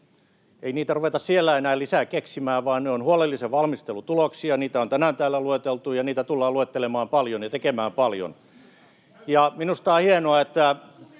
Ei niitä ruveta siellä enää lisää keksimään, vaan ne ovat huolellisen valmistelun tuloksia. Niitä on tänään täällä lueteltu, ja niitä tullaan luettelemaan paljon ja tekemään paljon. Minusta on hienoa, että